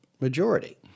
majority